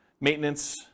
maintenance